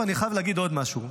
ולבסוף, אני חייב להגיד עוד משהו.